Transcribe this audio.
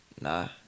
Nah